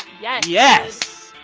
yes yes.